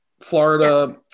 Florida